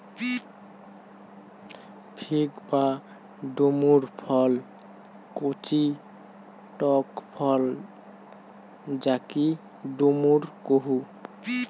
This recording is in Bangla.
ফিগ বা ডুমুর ফল কচি টক ফল যাকি ডুমুর কুহু